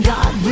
God